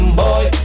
boy